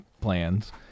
plans